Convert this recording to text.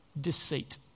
deceit